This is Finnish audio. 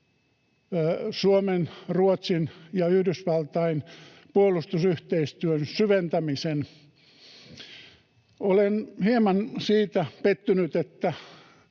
Suomen, Ruotsin ja Yhdysvaltain puolustusyhteistyön syventämisen. Olen hieman siitä pettynyt,